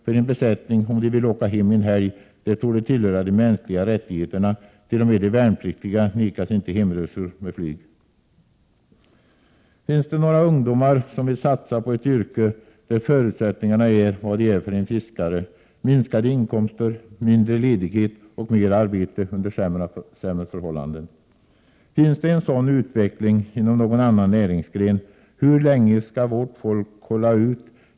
för en besättning om de vill åka hem en helg. — Det torde tillhöra de mänskliga rättigheterna. Inte ens de värnpliktiga nekas Prot. 1987/88:123 hemresor med flyg. 19 maj 1988 Finns det några ungdomar som vill satsa på ett yrke där förutsättningarna är vad de är för en fiskare? Det är minskade inkomster, mindre ledighet och mera arbete under sämre förhållanden. Finns det en sådan utveckling inom någon annan näringsgren? Hur länge skall vårt folk hålla ut?